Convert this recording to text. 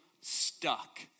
stuck